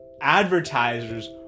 advertisers